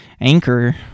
Anchor